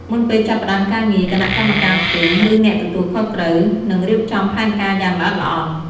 មុនពេលចាប់ផ្ដើមការងារ គណៈកម្មការភូមិ ឬអ្នកទទួលខុសត្រូវ នឹងរៀបចំផែនការយ៉ាងល្អិតល្អន់។